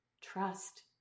Trust